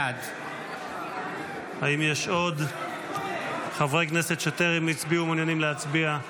בעד האם יש עוד חברי כנסת שטרם הצביעו ומעוניינים להצביע?